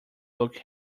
look